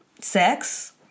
sex